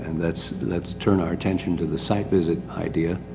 and let's, let's turn our attention to the site visit idea.